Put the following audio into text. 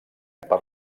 per